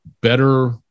better